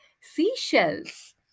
seashells